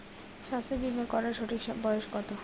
স্বাস্থ্য বীমা করার সঠিক বয়স কত?